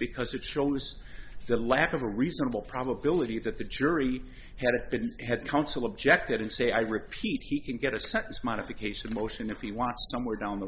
because it shows the lack of a reasonable probability that the jury had been had counsel objected and say i repeat he can get a sense modification motion if he wants somewhere down the